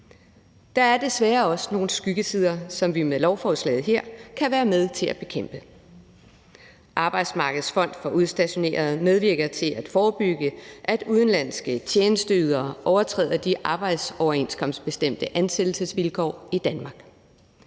Der er desværre også nogle skyggesider, som vi med lovforslaget her kan være med til at bekæmpe. Arbejdsmarkedets Fond for Udstationerede medvirker til at forebygge, at udenlandske tjenesteydere overtræder de overenskomstbestemte ansættelsesvilkår i Danmark.